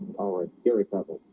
howard harry pebbel.